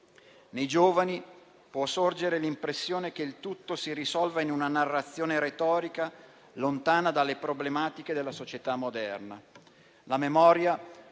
Nei giovani può sorgere l'impressione che il tutto si risolva in una narrazione retorica, lontana dalle problematiche della società moderna.